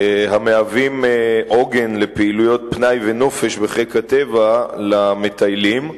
המהווים עוגן לפעילויות פנאי ונופש בחיק הטבע למטיילים,